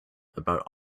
about